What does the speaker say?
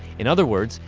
in other words,